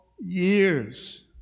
years